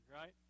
right